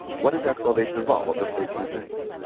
what does that salvation involve? i'll just say two things.